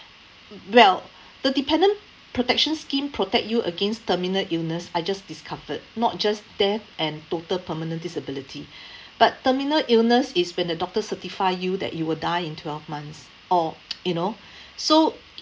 well the dependent protection scheme protect you against terminal illness I just discovered not just death and total permanent disability but terminal illness is when the doctors certify you that you will die in twelve months or you know so